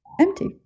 empty